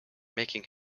making